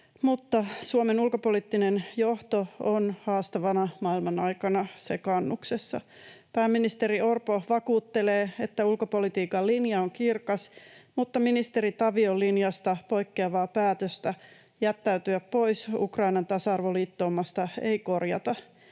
mutta Suomen ulkopoliittinen johto on haastavana maailmanaikana sekaannuksessa. Pääministeri Orpo vakuuttelee, että ulkopolitiikan linja on kirkas, mutta ministeri Tavion linjasta poikkeavaa päätöstä jättäytyä pois Ukrainan tasa-arvoliittoumasta ei korjata,